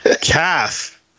calf